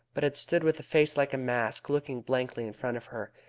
but had stood with a face like a mask looking blankly in front of her.